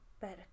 better